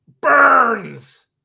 Burns